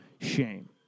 shame